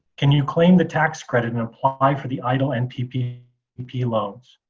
can you claim the tax credit and apply for the eitl and ppp ppp loans?